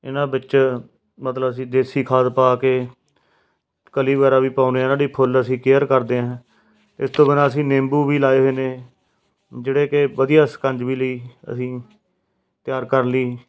ਇਹਨਾਂ ਵਿੱਚ ਮਤਲਬ ਅਸੀਂ ਦੇਸੀ ਖਾਦ ਪਾ ਕੇ ਕਲੀ ਵਗੈਰਾ ਵੀ ਪਾਉਂਦੇ ਹਾਂ ਇਹਨਾਂ ਦੀ ਫੁੱਲ ਅਸੀਂ ਕੇਅਰ ਕਰਦੇ ਹਾਂ ਇਸ ਤੋਂ ਬਿਨਾਂ ਅਸੀਂ ਨਿੰਬੂ ਵੀ ਲਗਾਏ ਹੋਏ ਨੇ ਜਿਹੜੇ ਕਿ ਵਧੀਆ ਸਿਕੰਜਮੀ ਲਈ ਅਸੀਂ ਤਿਆਰ ਕਰ ਲਈ